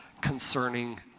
concerning